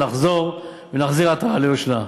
נחזור ונחזיר עטרה ליושנה.